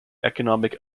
economic